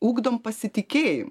ugdom pasitikėjimą